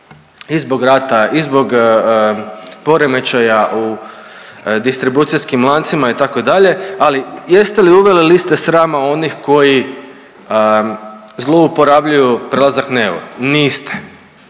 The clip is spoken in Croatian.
i zbog rata i zbog poremećaja u distribucijskim lancima, itd., ali jeste li uveli liste srama onih koji zlouporabljuju prelazak na euro? Niste.